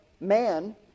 man